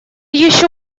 еще